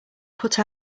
put